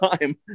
time